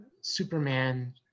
Superman